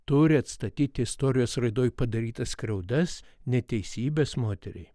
turi atstatyti istorijos raidoj padarytas skriaudas neteisybes moteriai